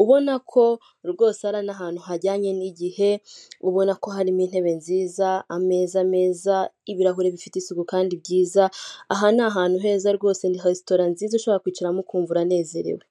ubona ko rwose ari n'ahantu hajyanye n'igihe, ubona ko harimo intebe nziza, ameza meza, ibirahure bifite isuku kandi byiza, aha ni ahantu heza rwose ni resitora nziza ushobora kwicaramo ukumva uranezerewe.